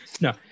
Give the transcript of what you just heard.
No